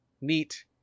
neat